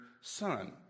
son